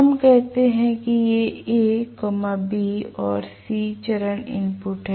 हम कहते हैं कि ये A B और C चरण इनपुट हैं